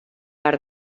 per